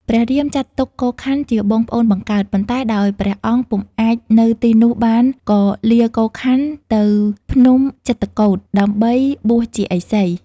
ព្រះរាម ចាត់ទុក កូខ័នជាបងប្អូនបង្កើត ប៉ុន្តែដោយព្រះអង្គពុំអាចនៅទីនោះបានក៏លាកូខ័នទៅភ្នំចិត្រកូដ ដើម្បីបួសជាឥសី ។